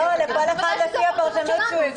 לא לפי הפרשנות פה.